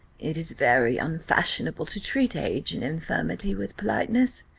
it is very unfashionable to treat age and infirmity with politeness.